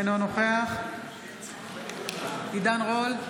אינו נוכח עידן רול,